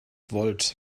volt